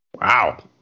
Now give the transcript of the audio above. Wow